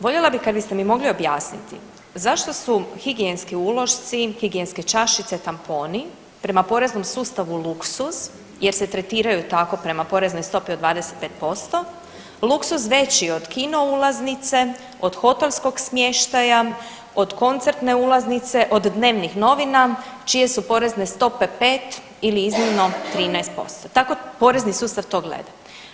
Voljela bih kad biste mi mogli objasniti zašto su higijenski ulošci, higijenske čašice, tamponi prema poreznom sustavu luksuz jer se tretiraju tako prema poreznoj stopi od 25%, luksuz veći od kino ulaznice, od hotelskog smještaja, od koncertne ulaznice, od dnevnih novina čije su porezne stope 5 ili iznimno 13%, tako porezni sustav to gleda.